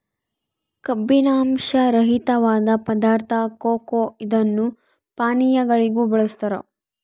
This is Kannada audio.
ಕಬ್ಬಿನಾಂಶ ರಹಿತವಾದ ಪದಾರ್ಥ ಕೊಕೊ ಇದನ್ನು ಪಾನೀಯಗಳಿಗೂ ಬಳಸ್ತಾರ